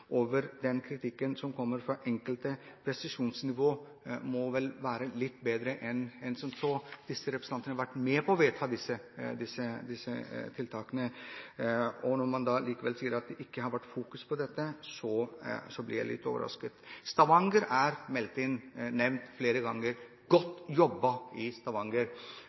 over den kritikken som kommer fra enkelte. Presisjonsnivået må vel være litt bedre enn som så hvis representanten har vært med på å vedta disse tiltakene. Når man likevel sier at det ikke har vært fokus på dette, blir jeg litt overrasket. Stavanger er nevnt flere ganger. Godt jobbet, Stavanger! Så klarer jeg ikke å skjønne logikken hvis man mener at regjeringen har lyktes i Stavanger